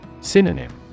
Synonym